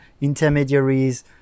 intermediaries